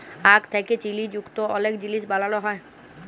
আখ থ্যাকে চিলি যুক্ত অলেক জিলিস বালালো হ্যয়